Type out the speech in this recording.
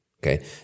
Okay